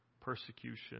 persecution